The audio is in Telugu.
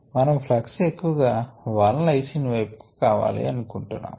మనము ప్లక్స్ ఎక్కువగా l లైసిన్ వైపు కావాలి అనుకొంటున్నాము